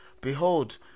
Behold